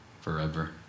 forever